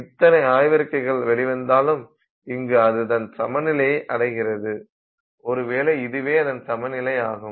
இத்தனை ஆய்வறிக்கைகள் வெளிவந்தாலும் இங்கு அது தன் சமநிலையை அடைகிறது ஒருவேளை இதுவே அதன் சமநிலை ஆகும்